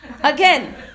Again